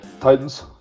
Titans